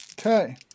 Okay